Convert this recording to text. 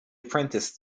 apprentice